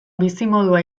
bizimodua